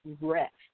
rest